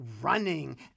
running